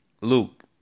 luke